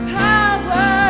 power